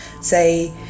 say